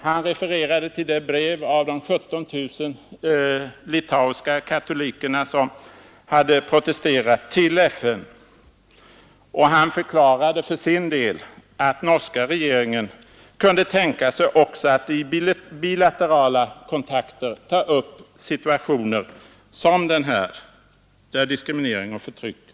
Han refererade till brevet från de 17 000 litauiska katoliker som hade protesterat till FN, och han förklarade att norska regeringen också kunde tänka sig aktioner på bilateral väg i fråga om länder där diskriminering och förtryck råder.